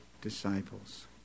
disciples